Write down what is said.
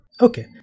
okay